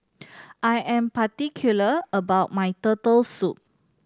I am particular about my Turtle Soup